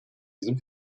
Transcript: diesem